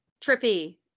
trippy